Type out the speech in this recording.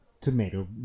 tomato